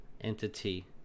entity